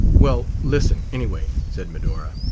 well, listen, anyway, said medora.